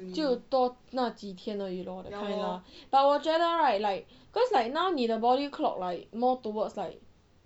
就多那几天而已 lor that kind lah but 我觉得 right like cause like now 你的 body clock like more towards like